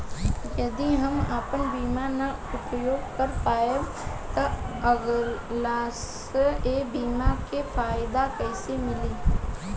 यदि हम आपन बीमा ना उपयोग कर पाएम त अगलासाल ए बीमा के फाइदा कइसे मिली?